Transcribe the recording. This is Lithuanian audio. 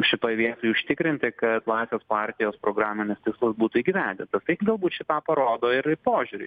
šitoj vietoj užtikrinti kad laisvės partijos programinis tikslas būtų įgyvendintas tai galbūt šį tą parodo ir į požiūrį